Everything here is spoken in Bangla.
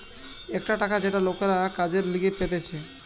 একটা টাকা যেটা লোকরা কাজের লিগে পেতেছে